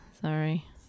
Sorry